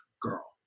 girl